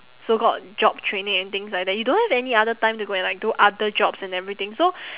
so called job training and things like that you don't have any other time to go and like do other jobs and everything so